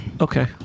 Okay